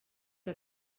que